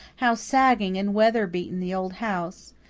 how sagging and weather-beaten the old house!